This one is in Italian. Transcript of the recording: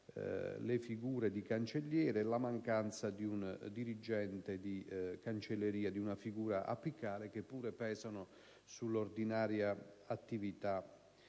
le figure di cancelliere e la mancanza di un dirigente di cancelleria, di una figura apicale, che pure pesa sull'ordinaria attività